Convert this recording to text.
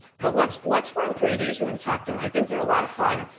but let's let's run through these. we're going to talk them. i think they're a lot of fun.